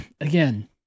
again